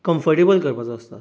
comfortable करपाचो आसता